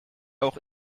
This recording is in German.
auch